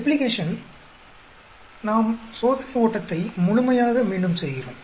replication நாம் சோதனை ஓட்டத்தை முழுமையாக மீண்டும் செய்கிறோம்